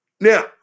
Now